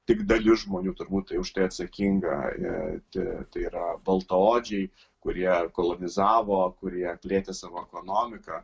tik dalis žmonių turbūt tai už tai atsakinga tai yra baltaodžiai kurie kolonizavo kurie plėtė savo ekonomiką